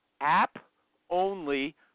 app-only